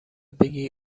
بگی